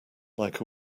like